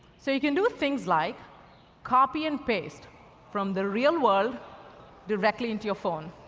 so, you can do things like copy and paste from the real world directly into your phone.